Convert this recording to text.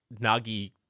Nagi